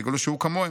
ויגלו שהוא כמוהם,